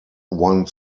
one